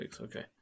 Okay